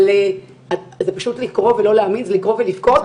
אבל זה פשוט לקרוא ולא להאמין, זה לקרוא ולבכות.